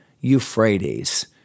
Euphrates